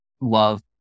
love